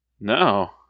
No